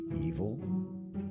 evil